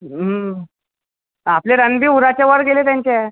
आपले रन बी उराच्या वर गेले त्यांच्या